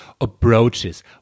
approaches